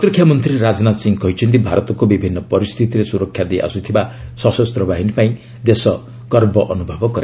ପ୍ରତିରକ୍ଷା ମନ୍ତ୍ରୀ ରାଜନାଥ ସିଂହ କହିଛନ୍ତି ଭାରତକୁ ବିଭିନ୍ନ ପରିସ୍ଥିତିରେ ସୁରକ୍ଷା ଦେଇ ଆସୁଥିବା ସଶସ୍ତ ବାହିନୀ ପାଇଁ ଦେଶ ଗର୍ବ ଅନୁଭବ କରେ